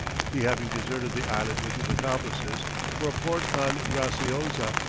he having deserted the island with his accomplices for a port on graziosa,